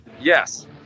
yes